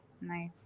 Nice